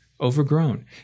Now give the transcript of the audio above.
overgrown